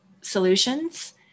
solutions